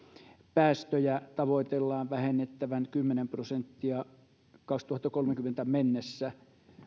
päästöjä tavoitellaan vähennettävän kymmenen prosenttia vuoteen kaksituhattakolmekymmentä mennessä